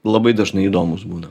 labai dažnai įdomūs būna